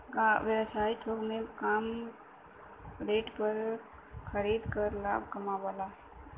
व्यवसायी थोक में माल कम रेट पर खरीद कर लाभ कमावलन